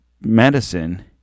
medicine